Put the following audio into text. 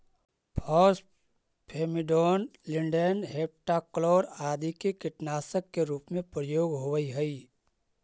phosphamidon, lindane, heptachlor आदि के कीटनाशक के रूप में प्रयोग होवऽ हई